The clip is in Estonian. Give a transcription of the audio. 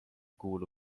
kuulu